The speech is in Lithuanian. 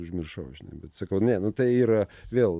užmiršau žinai bet sakau ne nu tai yra vėl